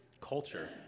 culture